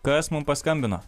kas mum paskambino